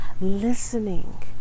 listening